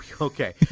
okay